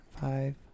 five